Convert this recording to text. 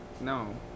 No